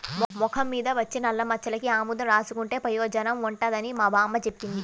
మొఖం మీద వచ్చే నల్లమచ్చలకి ఆముదం రాసుకుంటే పెయోజనం ఉంటదని మా బామ్మ జెప్పింది